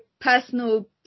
personal